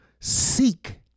Seek